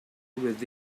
with